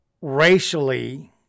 Racially